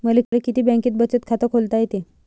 मले किती बँकेत बचत खात खोलता येते?